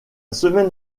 semaine